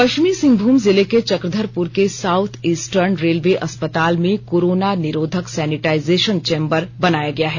पश्चिमी सिंहभूम जिले के चक्रधरपुर के साउथ ईस्टर्न रेलवे अस्पताल में कोरोना निरोधक सैनिटाइजेशन चेंबर बनाया गया है